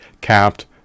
capped